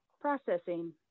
Processing